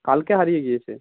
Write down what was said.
কালকে হারিয়ে গিয়েছে